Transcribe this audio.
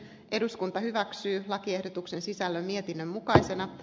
eduskunta hyväksyi lakiehdotuksen sisällön mietinnön mukaisena